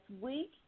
week